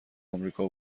آمریکا